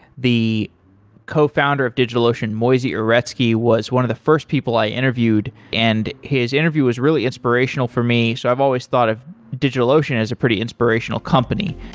the cofounder of digitalocean, moisey uretsky, was one of the first people i interviewed, and his interview was really inspirational for me. so i've always thought of digitalocean as a pretty inspirational company.